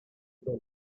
bill